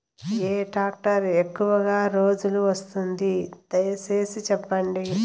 ఏ tractor ఎక్కువగా రోజులు వస్తుంది, దయసేసి చెప్పండి?